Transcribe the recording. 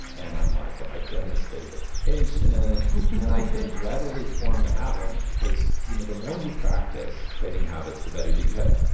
and i'm, like, but my dentist's favorite patient and i could readily form the habit because, you know, the more you practice creating habits, the better you get.